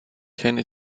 keine